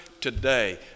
today